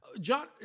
John